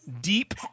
Deep